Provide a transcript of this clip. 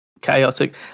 chaotic